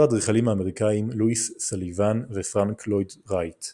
האדריכלים האמריקאים לואיס סאליבאן ופרנק לויד רייט.